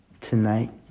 tonight